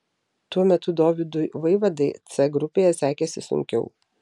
tuo metu dovydui vaivadai c grupėje sekėsi sunkiau